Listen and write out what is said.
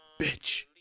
bitch